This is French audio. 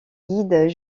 guides